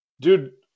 dude